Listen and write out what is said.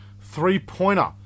three-pointer